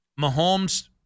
Mahomes